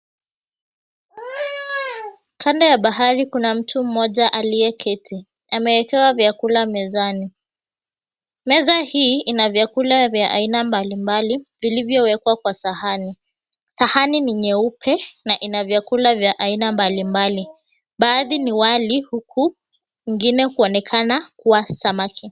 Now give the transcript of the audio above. Kando ya bahari kuna mtu mmoja aliyeketi. Amewekewa vyakula mezani. Meza hii ina vyakula vya aina mbalimbali, vilivyowekwa kwa sahani. Sahani ni nyeupe na ina vyakula vya aina mbalimbali. Baadhi ni wali, huku ingine kuonekana kuwa samaki.